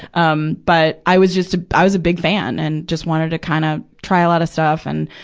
um but i was just a, i was a big fan, and just wanted to kind of try a lot of stuff and,